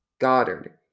Goddard